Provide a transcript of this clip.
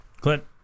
Clint